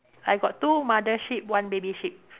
I got two mother sheep one baby sheep